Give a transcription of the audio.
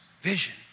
vision